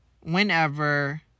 whenever